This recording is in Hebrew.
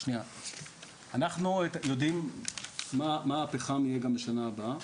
אנחנו יודעים מה הפחם יהיה גם בשנה הבאה,